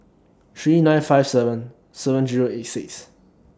three nine five seven seven Zero eight six